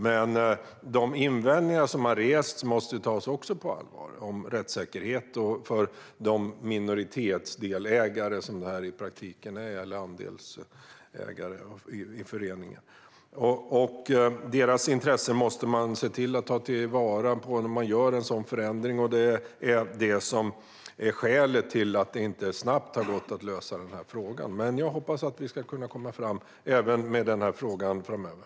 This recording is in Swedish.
Men de invändningar som har rests om rättssäkerhet för andelsägare, i praktiken minoritetsdelägare, i föreningarna måste också tas på allvar. Det gäller. Man måste ta till vara deras intressen när man gör en sådan förändring. Det är skälet till att det inte har gått att lösa frågan snabbt. Jag hoppas dock att vi ska kunna komma framåt även i den här frågan framöver.